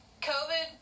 COVID